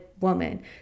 woman